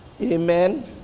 Amen